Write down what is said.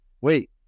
wait